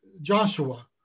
Joshua